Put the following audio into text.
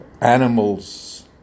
animals